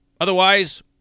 Otherwise